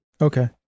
Okay